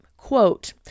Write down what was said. Quote